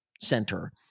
center